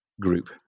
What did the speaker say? group